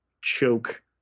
choke